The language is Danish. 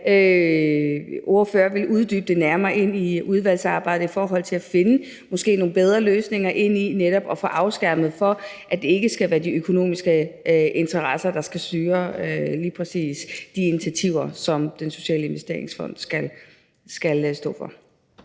ordfører vil uddybe det nærmere under udvalgsarbejdet i forhold til måske at finde nogle bedre løsninger, netop med henblik på at få det afskærmet sådan, at det ikke skal være de økonomiske interesser, der skal styre lige præcis de initiativer, som Den Sociale Investeringsfond skal stå for.